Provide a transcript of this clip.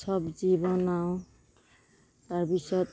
চবজি বনাওঁ তাৰপিছত